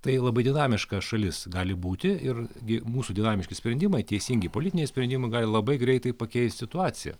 tai labai dinamiška šalis gali būti ir gi mūsų dinamiški sprendimai teisingi politiniai sprendimai gali labai greitai pakeist situaciją